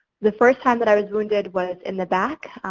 the first time but i was wounded, was in the back.